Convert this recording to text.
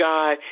God